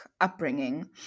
upbringing